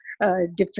different